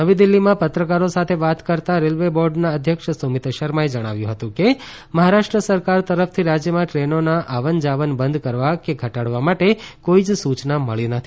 નવી દિલ્ફીમાં પત્રકારો સાથે વાત કરતાં રેલવે બોર્ડના અધ્યક્ષ સુમિત શર્માએ જણાવ્યું હતું કે મહારાષ્ટ્ર સરકાર તરફથી રાજ્યમાં ટ્રેનોના આવન જાવન બંધ કરવા કે ઘટાડવા માટે કોઈ જ સૂચના મળી નથી